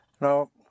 Now